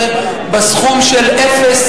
נתקבלו.